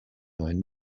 neuen